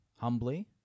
humbly